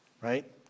right